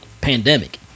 pandemic